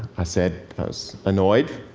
i said i was annoyed